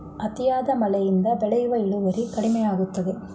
ಅತಿಯಾದ ಮಳೆಯಿಂದ ಬೆಳೆಯ ಇಳುವರಿ ಕಡಿಮೆಯಾಗುತ್ತದೆ